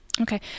Okay